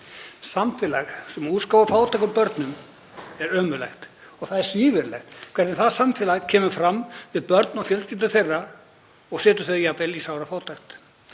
Samfélag sem útskúfar fátækum börnum er ömurlegt og það er svívirðilegt hvernig það samfélag kemur fram við börn og fjölskyldur þeirra og setur þau jafnvel í sárafátækt.